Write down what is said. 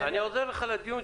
אני עוזר לך לדיון,